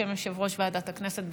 בשם יושב-ראש ועדת הכנסת.